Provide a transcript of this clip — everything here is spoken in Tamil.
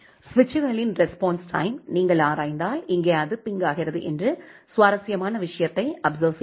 சுவிட்சுகளின் ரெஸ்பான்ஸ் டைம் நீங்கள் ஆராய்ந்தால்இங்கே அது பிங் ஆகிறது என்று சுவாரஸ்யமான விஷயத்தை அப்செர்வ் செய்தீர்கள்